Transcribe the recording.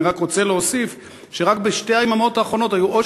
אני רוצה להוסיף שרק בשתי היממות האחרונות היו עוד